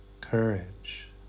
courage